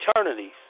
eternities